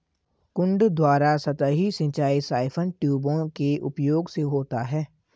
कुंड द्वारा सतही सिंचाई साइफन ट्यूबों के उपयोग से होता है